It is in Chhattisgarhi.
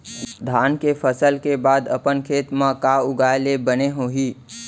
धान के फसल के बाद अपन खेत मा का उगाए ले बने होही?